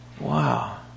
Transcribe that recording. Wow